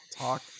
talk